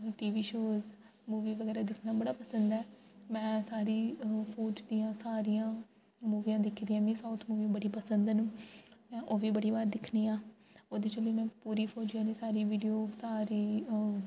T V shows movie बगैरा दिक्खना बड़ा पसन्द ऐ में सारी फौज दियां सारियां मूवियां दिक्खी दियां मिगी साउथ मूवियां बड़ी पसंद न में ओह्बी बड़ी बार दिक्खनी आं ओह्दे च बी में पूरी फौजी आह्ली सारी वीडियो सारी में